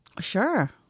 Sure